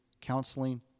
counseling